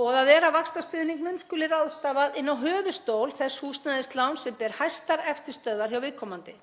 Boðað er að vaxtastuðningnum skuli ráðstafað inn á höfuðstól þess húsnæðisláns sem ber hæstar eftirstöðvar hjá viðkomandi,